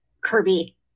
Kirby